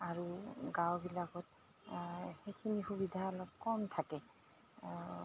আৰু গাঁওবিলাকত সেইখিনি সুবিধা অলপ কম থাকে